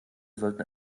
sollten